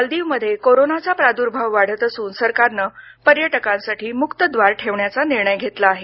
मालदीवमध्ये कोरोनाचा प्रादुर्भाव वाढत असून सरकारनं पर्यटकांसाठी मुक्त द्वार ठेवण्याचा निर्णय घेतला आहे